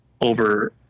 over